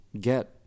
get